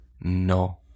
no